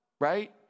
right